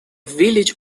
village